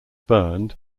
burned